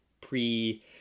pre-